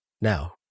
Now